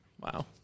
Wow